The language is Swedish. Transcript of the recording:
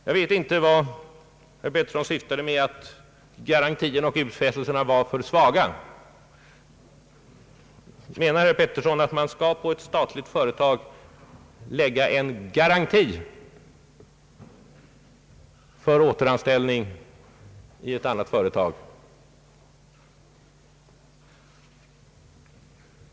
Jag vet inte vad herr Pettersson syftade på när han sade att utfästelserna var för svaga. Menar herr Pettersson att ett statligt företag skall åläggas skyldighet att lämna garanti för återanställning i ett annat företag?